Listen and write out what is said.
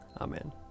amen